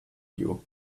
you